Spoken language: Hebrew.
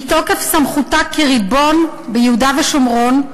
מתוקף סמכותה כריבון ביהודה ושומרון,